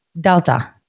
Delta